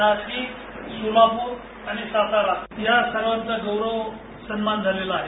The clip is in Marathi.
नाशिक सोलापूर आणि सातारा या सर्वाचा गौरव सन्मान झालेला आहे